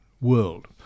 world